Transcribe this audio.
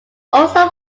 also